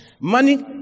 Money